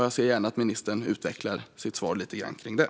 Jag ser gärna att ministern utvecklar sitt svar om det lite grann.